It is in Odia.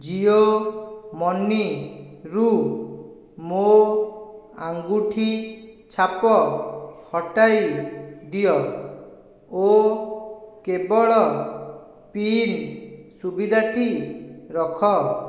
ଜିଓ ମନିରୁ ମୋ ଆଙ୍ଗୁଠି ଛାପ ହଟାଇ ଦିଅ ଓ କେବଳ ପିନ ସୁବିଧାଟି ରଖ